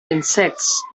insects